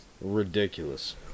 ridiculous